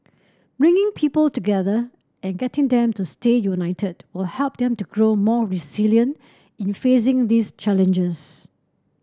bringing people together and getting them to stay united will help them to grow more resilient in facing these challenges